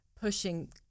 pushing